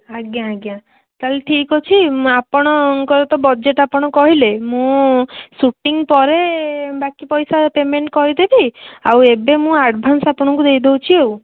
ଆଜ୍ଞା ଆଜ୍ଞା ତା'ହେଲେ ଠିକ୍ ଅଛି ମୁଁ ଆପଣଙ୍କର ତ ବଜେଟ୍ ଆପଣ କହିଲେ ମୁଁ ଶୁଟିଙ୍ଗ ପରେ ବାକି ପଇସା ପେମେଣ୍ଟ କରିଦେବି ଆଉ ଏବେ ମୁଁ ଆଡ଼ଭାନ୍ସ ଆପଣଙ୍କୁ ଦେଇ ଦେଉଛି ଆଉ